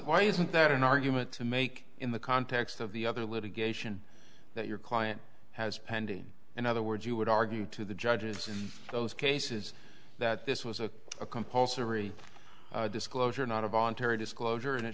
why isn't that an argument to make in the context of the other litigation that your client has and in other words you would argue to the judges in those cases that this was a compulsory disclosure not a voluntary disclosure and it